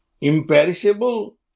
imperishable